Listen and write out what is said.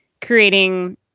creating